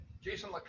Jason